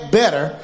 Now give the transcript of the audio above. better